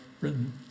written